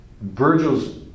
Virgil's